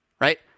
right